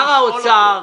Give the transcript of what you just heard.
שר האוצר,